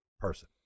person